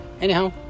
anyhow